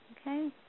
okay